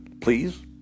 Please